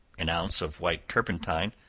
an ounce of white turpentine,